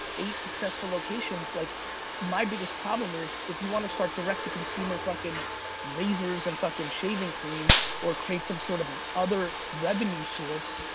eight successful locations. like my biggest problem is if you wanna start direct to consumer fucking razors and fucking shaving cream or create some sort of other revenue source,